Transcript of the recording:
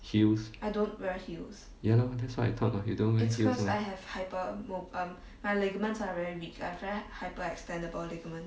heels ya lor that's what I thought lor you don't wear heels lor